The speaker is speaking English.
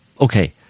Okay